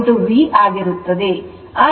V ಆಗಿರುತ್ತದೆ